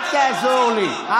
אל תעזור לי.